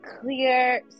clear